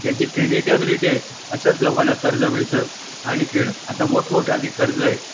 त्यांची क्रेडिटॅबिलिटी आहे अशाच लोकांना कर्ज मिळतं आणि आता मोठमोठाली कर्ज आहे